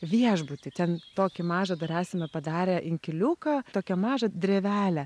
viešbutį ten tokį mažą dar esame padarę inkiliuką tokią mažą drevelę